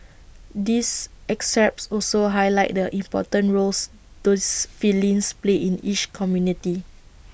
these excerpts also highlight the important roles those felines play in each community